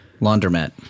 Laundromat